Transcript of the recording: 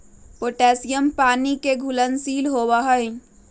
potassium पानी के घुलनशील होबा हई